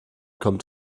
kommt